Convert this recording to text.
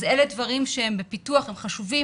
אלה דברים שהם בפיתוח, הם חשובים.